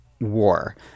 war